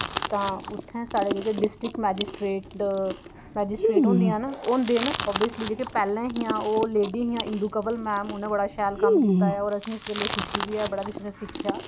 तां उत्थै साढ़े जेह्के डिस्ट्रिक मैजीस्ट्रेट मैजिस्ट्रेट होंदियां न होंदे न ओबेसली जेह्के पैह्लें हियां ओह् लेड़ी हियां इंदू कमल मैम उ'नें बड़ा शैल कम्म कीता ऐ और असें ई इस गल्लै दी खुशी बी ऐ बड़ा किश असें सिक्खेआ